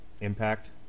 Impact